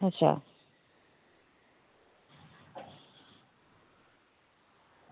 अच्छा